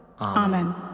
Amen